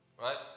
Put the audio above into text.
right